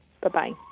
Bye-bye